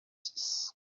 six